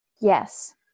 Yes